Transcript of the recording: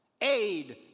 aid